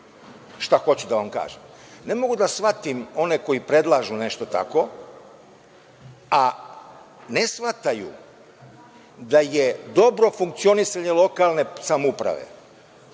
šta hoću da vam kažem, ne mogu da shvatim one koji predlažu nešto tako, a ne shvataju da je dobro funkcionisanje lokalne samouprave